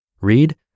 Read